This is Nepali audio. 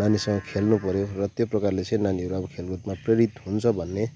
नानीसँग खेल्नु पर्यो र त्यो प्रकारले चाहिँ नानीहरू आब खेल्कुदमा प्रेरित हुन्छ भन्ने